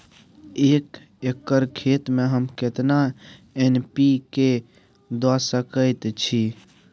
एक एकर खेत में हम केतना एन.पी.के द सकेत छी?